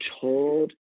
told